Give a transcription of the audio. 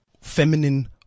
feminine